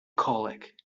colic